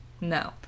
No